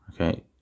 Okay